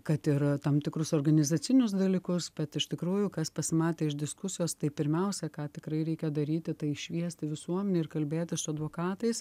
kad ir tam tikrus organizacinius dalykus bet iš tikrųjų kas pasimatė iš diskusijos tai pirmiausia ką tikrai reikia daryti tai šviesti visuomenę ir kalbėti su advokatais